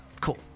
cool